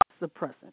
suppressant